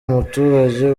umuturage